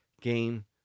game